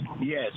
Yes